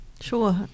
Sure